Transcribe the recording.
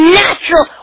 natural